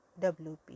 WP